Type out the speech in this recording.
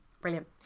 Brilliant